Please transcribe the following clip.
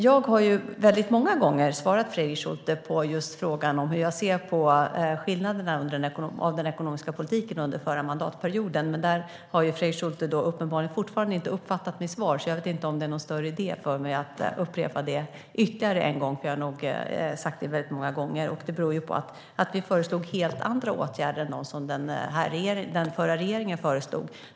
Jag har många gånger svarat Fredrik Schulte på just frågan om hur jag ser på skillnaderna beträffande den ekonomiska politiken under förra mandatperioden. Där har Fredrik Schulte uppenbarligen fortfarande inte uppfattat mitt svar, så jag vet inte om det är någon större idé för mig att upprepa det ytterligare en gång, för jag har nog sagt det väldigt många gånger. Det beror på att vi föreslog helt andra åtgärder än vad den förra regeringen föreslog.